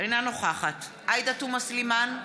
אינה נוכחת עאידה תומא סלימאן,